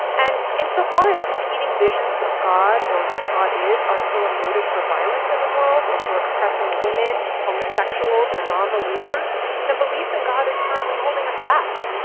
and insofar as competing visions of god or what god is, are still a motive for violence in the world, or for oppressing women, homosexuals, or non-believers then belief in and god is currently holding us back.